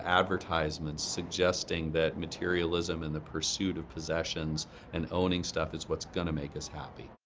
advertisements suggesting that materialism and the pursuit of possessions and owning stuff is what's gonna make us happy.